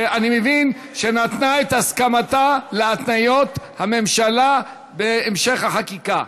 שאני מבין שנתנה את הסכמתה להתניות הממשלה בהמשך החקיקה.